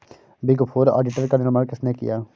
Big four auditor का निर्माण किसने किया?